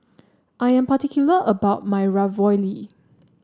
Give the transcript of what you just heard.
I am particular about my Ravioli